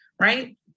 right